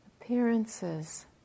Appearances